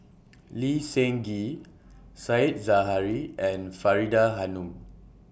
Lee Seng Gee Said Zahari and Faridah Hanum